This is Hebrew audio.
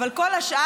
אבל כל השאר,